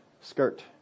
skirt